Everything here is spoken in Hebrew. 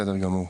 בסדר גמור.